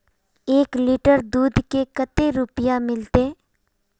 एक लीटर दूध के कते रुपया मिलते?